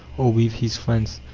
or with his friends,